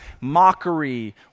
mockery